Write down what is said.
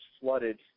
flooded